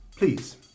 Please